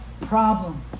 problem